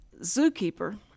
zookeeper